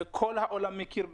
כל העולם מכיר בכך,